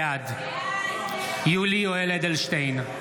בעד יולי יואל אדלשטיין,